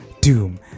doom